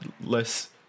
less